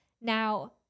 Now